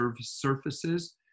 surfaces